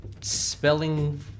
spelling